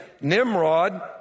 Nimrod